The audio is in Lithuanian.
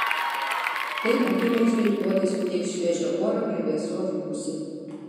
tai akimirksniui odai suteiks šviežio oro ir vėsos gūsį